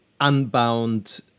Unbound